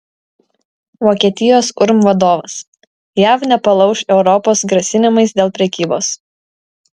vokietijos urm vadovas jav nepalauš europos grasinimais dėl prekybos